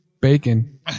Bacon